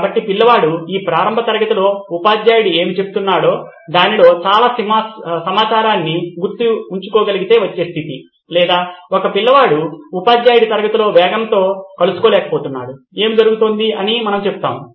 కాబట్టి పిల్లవాడు ఈ ప్రారంభ తరగతిలో ఉపాధ్యాయుడు ఏమి చెప్తున్నాడో దానిలో చాలా సమాచారాన్ని గుర్తుకు తెచ్చుకోగలిగితే వచ్చే స్థితి లేదా ఒక పిల్లవాడు ఉపాధ్యాయుడి తరగతి వేగంతో కలుసుకోలేకపోతున్నాడు ఏమి జరుగుతోంది అని మనము చెబుతాము